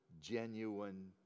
genuine